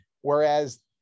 Whereas